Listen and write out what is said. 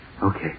Okay